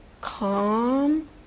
calm